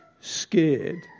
scared